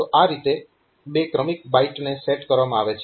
તો આ રીતે બે ક્રમિક બાઈટને સેટ કરવામાં આવે છે